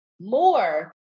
more